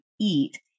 eat